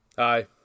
Hi